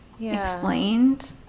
explained